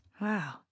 Wow